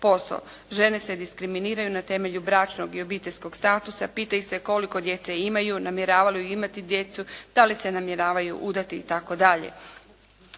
60%. Žene se diskriminiraju na temelju bračnog i obiteljskog statusa, pitaju se koliko djece imaju, namjeravaju imati djecu, da li se namjeravaju udati itd.